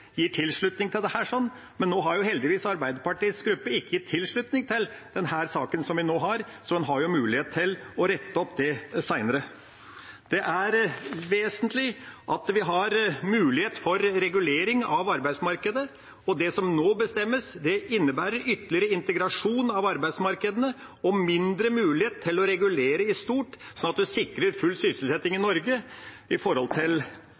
gir sin tilslutning til dette, men nå har Arbeiderpartiets gruppe heldigvis ikke gitt sin tilslutning til denne saken vi nå har, så en har jo mulighet til å rette det opp senere. Det er vesentlig at vi har mulighet for regulering av arbeidsmarkedet, og det som nå bestemmes, innebærer ytterligere integrasjon av arbeidsmarkedene og mindre mulighet til å regulere i stort sånn at en sikrer full sysselsetting i Norge med hensyn til